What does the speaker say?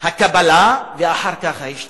שלב הקבלה ואחר כך ההשתלבות.